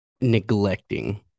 neglecting